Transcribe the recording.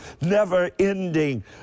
never-ending